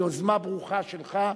היא יוזמה ברוכה שלך,